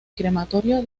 crematorio